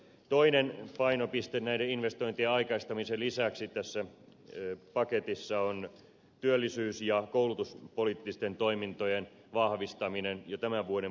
toinen painopiste näiden investointien aikaistamisen lisäksi tässä paketissa on työllisyys ja koulutuspoliittisten toimintojen vahvistaminen jo tämän vuoden puolella